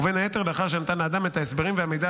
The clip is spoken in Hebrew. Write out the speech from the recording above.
ובין היתר לאחר שנתן לאדם את ההסברים והמידע